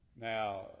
Now